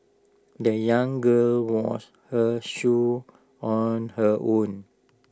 the young girl washed her shoes on her own